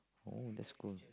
oh that's good